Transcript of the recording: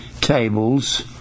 tables